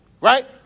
right